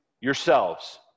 yourselves